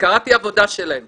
וקראתי עבודה שלהם